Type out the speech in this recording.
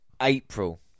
April